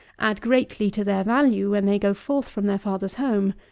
add greatly to their value when they go forth from their father's home,